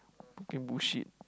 bullshit